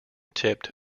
tipped